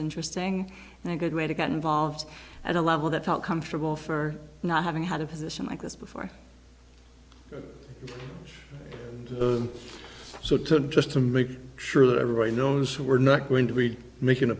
interesting and a good way to get involved at a level that felt comfortable for not having had a position like this before so to just to make sure that everybody knows who we're not going to be making